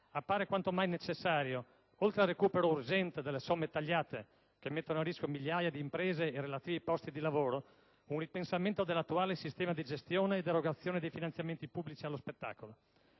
appare quanto mai necessario, oltre al recupero urgente delle somme tagliate, che mettono a rischio migliaia di imprese e relativi posti di lavoro, un ripensamento dell'attuale sistema di gestione ed erogazione dei finanziamenti pubblici allo spettacolo,